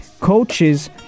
Coaches